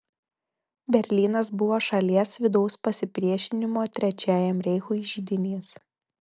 berlynas buvo šalies vidaus pasipriešinimo trečiajam reichui židinys